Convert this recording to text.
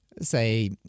say